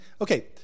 okay